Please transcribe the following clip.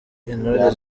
intore